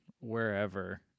wherever